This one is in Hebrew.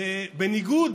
בניגוד